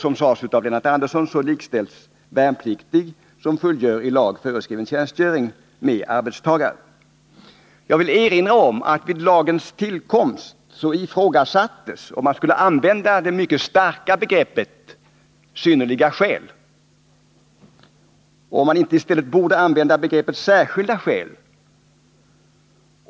Som Lennart Andersson sade likställs värnpliktig som fullgör i lag föreskriven tjänstgöring med arbetstagare. Jag vill erinra om att vid lagens tillkomst ifrågasattes om man skulle använda det mycket starka begreppet ”synnerliga skäl”, och om man inte i stället borde använda begreppet ”särskilda skäl”.